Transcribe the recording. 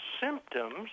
symptoms